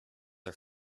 are